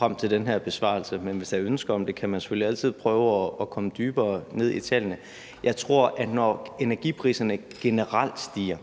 op til den her besvarelse, men hvis der er ønske om det, kan man selvfølgelig altid prøve at komme dybere ned i tallene. Jeg tror, at når energipriserne generelt stiger,